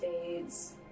fades